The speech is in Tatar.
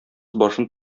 башын